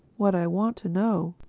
what i want to know,